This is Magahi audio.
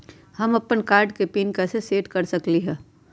हम अपन कार्ड के पिन कैसे सेट कर सकली ह?